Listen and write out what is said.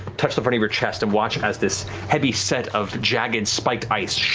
touch the front of your chest and watch as this heavy set of jagged, spiked ice,